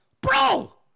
Bro